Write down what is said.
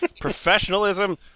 Professionalism